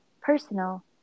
personal